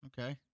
Okay